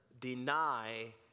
deny